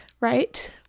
right